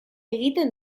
egiten